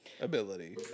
ability